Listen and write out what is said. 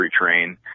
Train